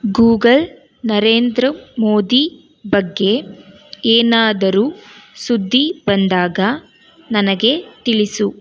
Google Narendra Modi ಬಗ್ಗೆ ಏನಾದರೂ ಸುದ್ದಿ ಬಂದಾಗ ನನಗೆ ತಿಳಿಸು